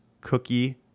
Cookie